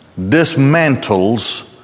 dismantles